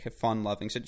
fun-loving